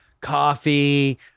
coffee